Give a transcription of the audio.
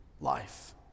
Life